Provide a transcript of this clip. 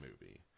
movie